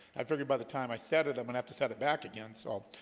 i figured by the time. i said it i'm gonna have to set it back again, so